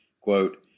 Quote